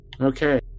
Okay